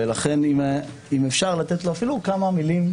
ולכן אם אפשר לתת לו כמה מילים.